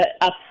up